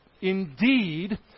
Indeed